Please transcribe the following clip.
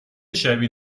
شبیه